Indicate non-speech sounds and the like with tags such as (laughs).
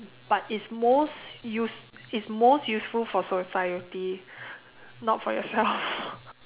but it's most use it's most useful for society not for yourself (laughs)